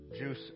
juice